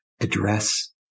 address